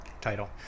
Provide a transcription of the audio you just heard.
title